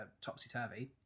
topsy-turvy